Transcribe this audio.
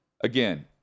Again